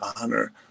honor